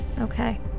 Okay